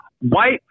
white